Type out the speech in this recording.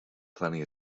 plenty